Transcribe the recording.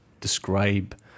describe